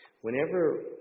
whenever